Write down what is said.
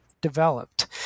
developed